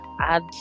add